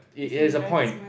it has a point